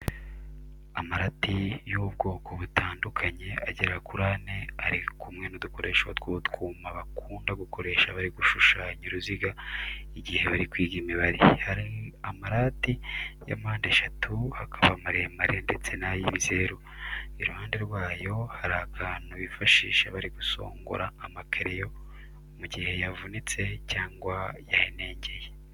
Amarati y'ubwoko butandukanye agera kuri ane ari kumwe n'udukoresho tw'utwuma bakunda gukoresha bari gushushanya uruziga igihe bari kwiga imibare. Hari amarati ya mpande eshatu, hakaba amaremare ndetse n'ay'ibizeru. Iruhande rwayo hari akantu bifashisha bari gusongora amakereyo mu gihe yavunitse cyangwa yahenengeye.